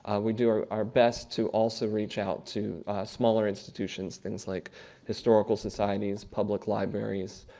um we do our best to also reach out to smaller institutions, things like historical societies, public libraries,